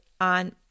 on